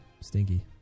stinky